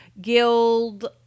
Guild